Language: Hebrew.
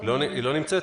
היא לא נמצאת?